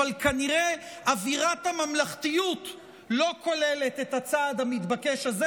אבל כנראה אווירת הממלכתיות לא כוללת את הצעד המתבקש הזה,